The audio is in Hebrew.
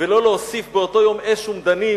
ולא להוסיף באותו יום אש ומדנים